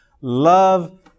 Love